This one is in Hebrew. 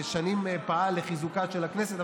ושנים פעל לחיזוקה של הכנסת.